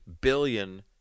billion